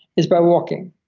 is by walking.